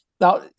Now